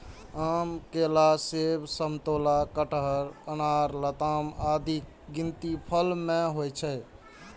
आम, केला, सेब, समतोला, कटहर, अनार, लताम आदिक गिनती फल मे होइ छै